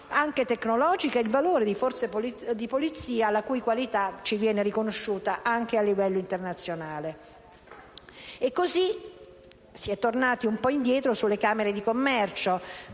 anche tecnologica, e il valore delle forze di polizia, la cui qualità ci viene riconosciuta anche a livello internazionale. Allo stesso modo, si è tornati un po' indietro sulle camere di commercio,